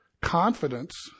confidence